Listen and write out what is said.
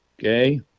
Okay